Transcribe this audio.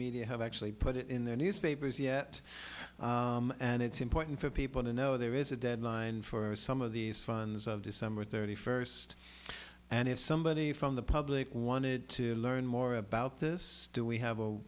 media have actually put it in the newspapers yet and it's important for people to know there is a deadline for some of these funds of december thirty first and if somebody from the public wanted to learn more about this do we have a